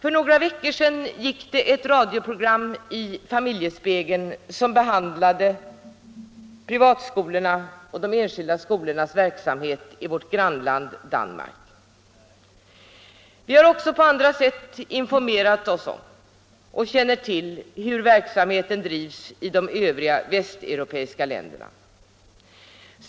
För några veckor sedan behandlade Familjespegeln i radio de enskilda skolornas uppskattade verksamhet i vårt grannland Danmark. Vi har också informerat oss om och känner till hur verksamheten drivs i övriga västeuropeiska länder.